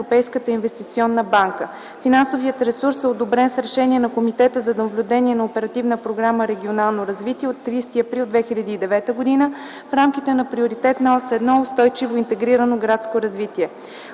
Европейската инвестиционна банка. Финансовият ресурс е одобрен с решение на Комитета за наблюдение на Оперативна програма „Регионално развитие” от 30 април 2009 г. в рамките на Приоритетна ос 1 „Устойчиво и интегрирано градско развитие”,